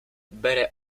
bere